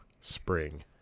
spring